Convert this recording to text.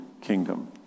kingdom